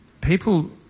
people